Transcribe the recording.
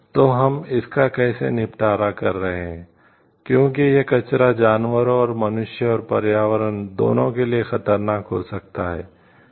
तो हम इसका कैसे निपटारा कर रहे हैं क्योंकि यह कचरा जानवरों और मनुष्यों और पर्यावरण दोनों के लिए खतरनाक हो सकता है